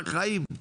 בחיים.